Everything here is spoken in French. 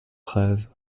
treize